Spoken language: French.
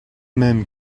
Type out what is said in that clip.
même